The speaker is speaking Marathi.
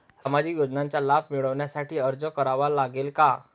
सामाजिक योजनांचा लाभ मिळविण्यासाठी अर्ज करावा लागेल का?